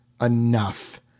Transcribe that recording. enough